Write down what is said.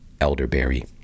elderberry